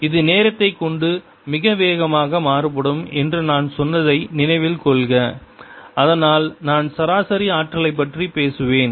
இது நேரத்தை கொண்டு மிக வேகமாக மாறுபடும் என்று நான் சொன்னதை நினைவில் கொள்க அதனால் நான் சராசரி ஆற்றலைப் பற்றி பேசுவேன்